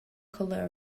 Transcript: color